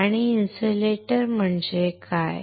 आणि इन्सुलेटर म्हणजे काय